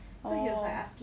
oh